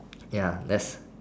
ya that's